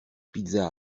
pizzas